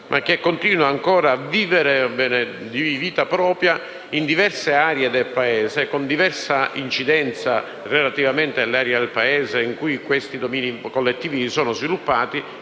ma che continua a vivere di vita propria in diverse aree del Paese e con diversa incidenza relativamente alle aree del Paese in cui questi domini collettivi si sono sviluppati.